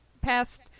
past